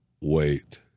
wait